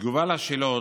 בתשובה על השאלות,